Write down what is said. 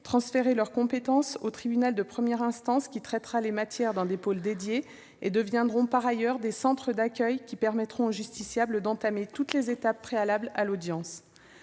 transférer leurs compétences au tribunal de première instance, qui traitera les matières dans des pôles dédiés, et deviendront par ailleurs des centres d'accueil qui permettront aux justiciables d'entamer toutes les étapes préalables à l'audience.